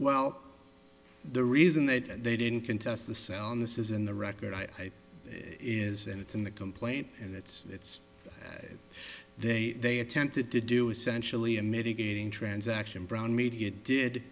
well the reason that they didn't contest the sell on this is in the record i it is and it's in the complaint and it's it's they they attempted to do essentially a mitigating transaction brown media did